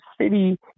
city